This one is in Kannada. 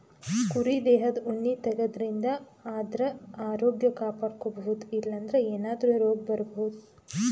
ಕುರಿ ದೇಹದ್ ಉಣ್ಣಿ ತೆಗ್ಯದ್ರಿನ್ದ ಆದ್ರ ಆರೋಗ್ಯ ಕಾಪಾಡ್ಕೊಬಹುದ್ ಇಲ್ಲಂದ್ರ ಏನಾದ್ರೂ ರೋಗ್ ಬರಬಹುದ್